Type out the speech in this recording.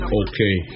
okay